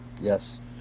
Yes